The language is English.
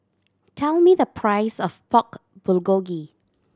tell me the price of Pork Bulgogi